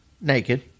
naked